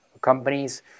Companies